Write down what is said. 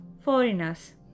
foreigners